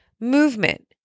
Movement